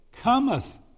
cometh